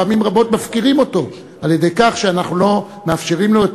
פעמים רבות מפקירים אותו על-ידי כך שאנחנו לא מאפשרים לו את